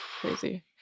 Crazy